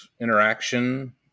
interaction